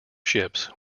ships